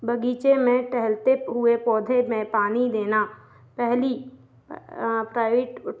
बगीचे में टहलते हुए पौधे में पानी देना पहली